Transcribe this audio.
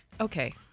okay